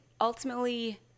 ultimately